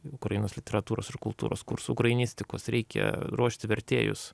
ukrainos literatūros ir kultūros kursų ukrainistikos reikia ruošti vertėjus